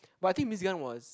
but I think Miss Gan was